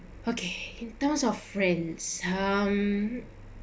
okay in terms of friends um